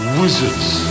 wizards